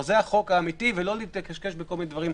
זה החוק האמיתי ולא להתקשקש בדברים אחרים.